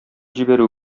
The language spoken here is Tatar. җибәрү